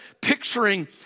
picturing